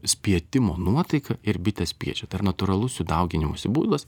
spietimo nuotaiką ir bitės spiečia tai yra natūralus jų dauginimosi būdas